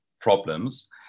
problems